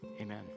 Amen